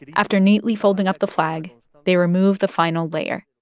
after neatly folding up the flag, they remove the final layer,